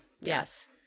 yes